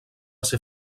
ser